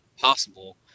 possible